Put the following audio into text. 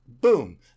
Boom